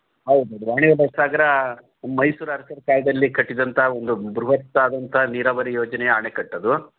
ಹೌದು ನೋಡಿರಿ ವಾಣಿವಿಲಾಸ ಸಾಗರ ಮೈಸೂರು ಅರಸರ ಕಾಲದಲ್ಲಿ ಕಟ್ಟಿದಂಥ ಒಂದು ಬೃಹತ್ತಾದಂತಹ ನೀರಾವರಿ ಯೋಜನೆಯ ಅಣೆಕಟ್ಟದು